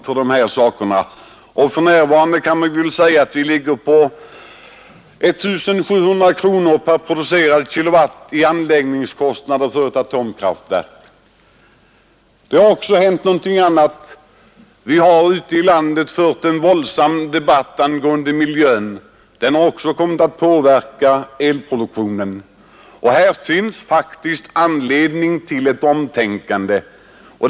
För närvarande kan vi väl säga att anläggningskostnaden för ett atomkraftverk ligger på 1 700 kronor per producerad kilowatt. Det har också hänt någonting annat. Vi har ute i landet fört en våldsam debatt angående miljön. Den har också kommit att påverka elproduktionen. Här finns faktiskt anledning att tänka om.